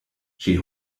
she